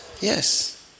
Yes